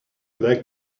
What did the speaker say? black